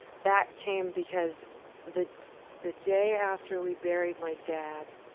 that came because the the day after we buried my dad,